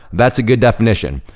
that's a good definition.